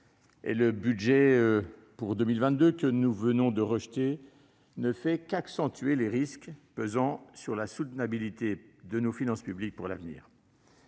le budget pour 2022, que nous venons de rejeter, ne fait qu'accentuer les risques pesant sur la soutenabilité de nos finances publiques pour l'avenir.